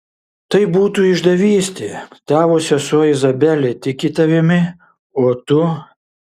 tai būtų išdavystė tavo sesuo izabelė tiki tavimi o tu